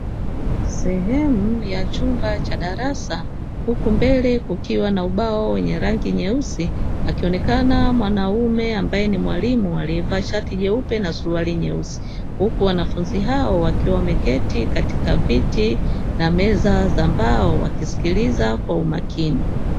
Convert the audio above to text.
Sehemu ya chumba cha darasa, huku mbele kukiwa na ubao wenye rangi nyeusi, akionekana mwanaume ambaye ni mwalimu aliyevaa shati nyeupe na suruali nyeusi. Huku wanafunzi hao wakiwa wameketi katika viti na meza za mbao wakisikiliza kwa umakini.